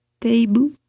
table